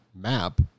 map